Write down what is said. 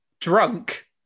drunk